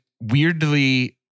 weirdly